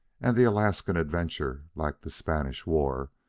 and the alaskan adventure, like the spanish war,